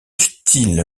style